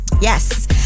Yes